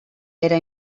era